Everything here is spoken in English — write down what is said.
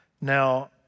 Now